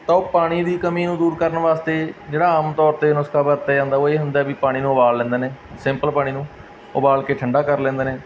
ਤਾਂ ਉਹ ਪਾਣੀ ਦੀ ਕਮੀ ਦੂਰ ਕਰਨ ਵਾਸਤੇ ਜਿਹੜਾ ਆਮ ਤੌਰ 'ਤੇ ਨੁਸਖਾ ਵਰਤਿਆ ਜਾਂਦਾ ਉਹ ਇਹ ਹੁੰਦਾ ਵੀ ਪਾਣੀ ਨੂੰ ਉਬਾਲ ਲੈਂਦੇ ਨੇ ਸਿੰਪਲ ਪਾਣੀ ਨੂੰ ਉਬਾਲ ਕੇ ਠੰਡਾ ਕਰ ਲੈਂਦੇ ਨੇ